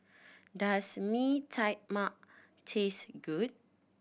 does Mee Tai Mak taste good